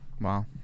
wow